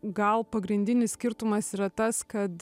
gal pagrindinis skirtumas yra tas kad